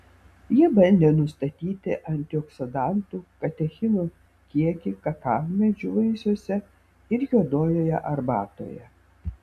jie bandė nustatyti antioksidantų katechinų kiekį kakavmedžių vaisiuose ir juodojoje arbatoje